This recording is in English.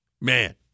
man